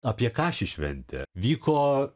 apie ką ši šventė vyko